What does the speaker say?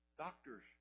Doctors